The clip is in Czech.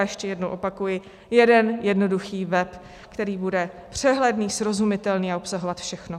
Ještě jednou opakuji: jeden jednoduchý web, který bude přehledný, srozumitelný a bude obsahovat všechno.